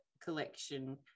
collection